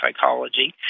psychology